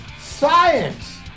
Science